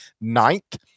ninth